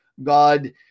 God